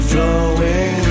Flowing